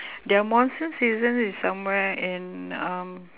their monsoon season is somewhere in um